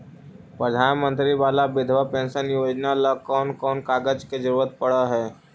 प्रधानमंत्री बाला बिधवा पेंसन योजना ल कोन कोन कागज के जरुरत पड़ है?